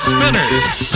Spinners